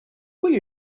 pwy